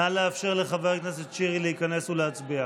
נא לאפשר לחבר הכנסת שירי להיכנס ולהצביע.